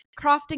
crafting